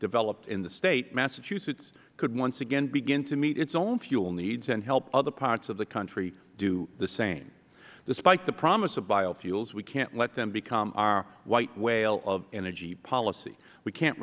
developed in the state massachusetts could once again begin to meet its own fuel needs and help other parts of the country do the same despite the promise of biofuels we can't let them become our white whale of energy policy we can't